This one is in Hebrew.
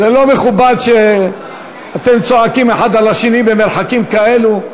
זה לא מכובד שאתם צועקים האחד על השני במרחקים כאלו.